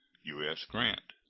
u s. grant.